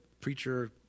preacher